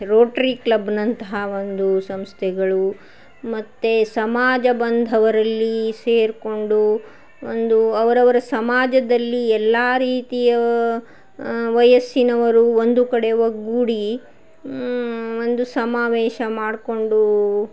rotary ಕ್ಲಬ್ನಂತಹ ಒಂದು ಸಂಸ್ಥೆಗಳು ಮತ್ತು ಸಮಾಜ ಬಾಂಧವರಲ್ಲಿ ಸೇರಿಕೊಂಡು ಒಂದು ಅವರವರ ಸಮಾಜದಲ್ಲಿ ಎಲ್ಲ ರೀತಿಯ ವಯಸ್ಸಿನವರು ಒಂದು ಕಡೆ ಒಗ್ಗೂಡಿ ಒಂದು ಸಮಾವೇಶ ಮಾಡಿಕೊಂಡು